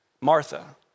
Martha